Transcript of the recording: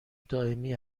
دائمی